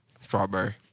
Strawberry